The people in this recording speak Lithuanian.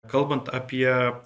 kalbant apie